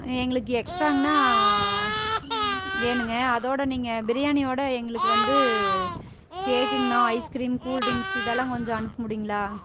எங்களுக்கு எக்ஸ்ட்ராங்ணா வேணுங்க அதோட நீங்கள் பிரியாணியோட எங்களுக்கு வந்து கேக்குங்கணா ஐஸ்கிரீம் கூல் ட்ரிங்க்ஸ் இதெல்லாம் கொஞ்சம் அனுப்ப முடியுங்களா